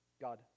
God